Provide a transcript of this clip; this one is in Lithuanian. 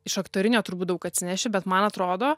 iš aktorinio turbūt daug atsineši bet man atrodo